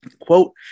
Quote